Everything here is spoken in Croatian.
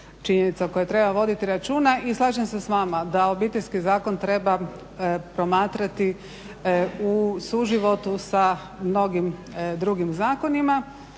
činjenica o kojoj treba voditi računa. I slažem se s vama da Obiteljski zakon treba promatrati u suživotu sa mnogim drugim zakonima